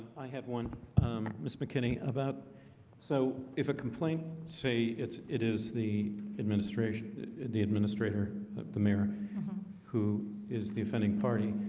i have one um miss mckinny about so if a complaint say it's it is the administration the administrator of the mayor who is the offending party